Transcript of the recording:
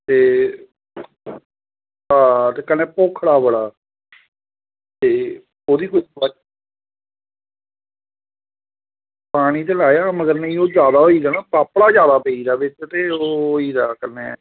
ते हां ते कन्नै पोखजड़ा बड़ा ऐ ते ओह्दी कोई दोआई लैनी ते ऐ पानी ते लाया पर ओह् जैदा होई दा ना पापड़ा जैदा पेई दा ते ओह् होई दा कन्नै